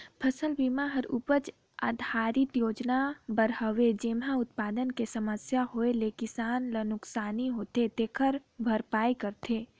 फसल बिमा हर उपज आधरित योजना बर हवे जेम्हे उत्पादन मे समस्या होए ले किसान ल नुकसानी होथे तेखर भरपाई करथे